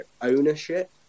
ownership